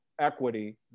equity